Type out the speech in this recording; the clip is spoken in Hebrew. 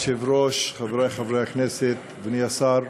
אדוני היושב-ראש, חברי חברי הכנסת, אדוני השר,